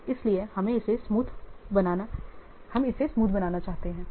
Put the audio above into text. तो इसीलिए हम इसे स्मूथ बनाना चाहते हैं